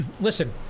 listen